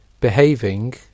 behaving